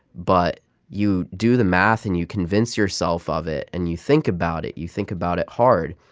but you do the math, and you convince yourself of it and you think about it. you think about it hard.